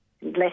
less